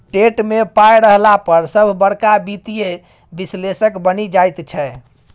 TET मे पाय रहला पर सभ बड़का वित्तीय विश्लेषक बनि जाइत छै